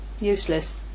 useless